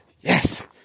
yes